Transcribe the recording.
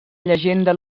llegenda